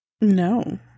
No